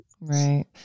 Right